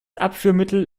abführmittel